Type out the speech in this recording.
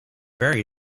very